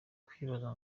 kwibaza